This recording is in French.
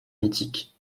mythique